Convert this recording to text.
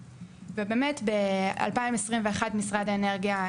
ב-2021 משרד האנרגיה,